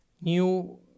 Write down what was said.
new